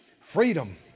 freedom